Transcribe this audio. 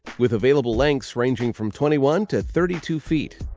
with available lengths ranging from twenty one to thirty two feet.